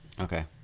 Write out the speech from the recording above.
okay